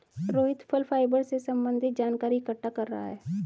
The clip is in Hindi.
रोहित फल फाइबर से संबन्धित जानकारी इकट्ठा कर रहा है